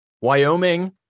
Wyoming